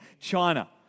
China